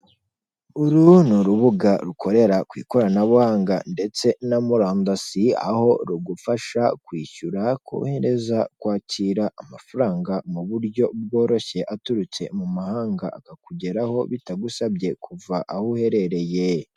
Uru ni urubuga rukorera ku ikoranabuhanga ndetse na murandasi, aho rugufasha kwishyura, kohereza, kwakira amafaranga mu buryo bworoshye, aturutse mu mahanga, akakugeraho bitagusabye kuva aho uherereye.